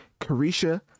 carisha